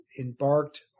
embarked